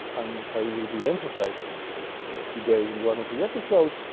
and i will be emphasizing it today in one of the episodes,